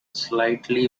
slightly